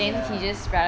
ya